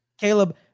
Caleb